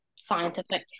scientific